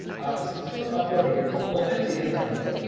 after successful uploading open serial monitor.